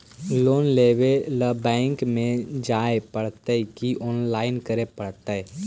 Loan लेवे ल bank में जाय पड़तै कि औनलाइन करे पड़तै?